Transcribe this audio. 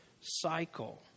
cycle